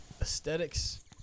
aesthetics